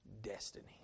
destiny